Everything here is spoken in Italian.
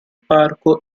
parco